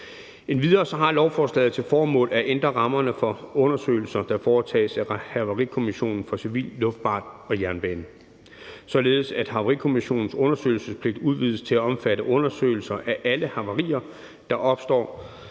Endvidere har lovforslaget til formål at ændre rammerne for undersøgelser, der foretages af Havarikommissionen for Civil Luftfart og Jernbane, således at Havarikommissionens undersøgelsespligt udvides til at omfatte undersøgelser af alle havarier, hvor der opstår